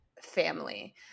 family